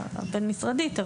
הבין-משרדית,